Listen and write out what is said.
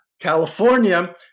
California